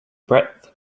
breadth